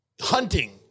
hunting